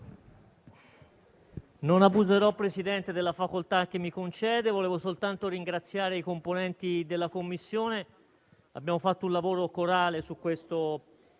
non abuserò della facoltà che mi concede. Vorrei soltanto ringraziare i componenti della Commissione. Abbiamo fatto un lavoro corale su questo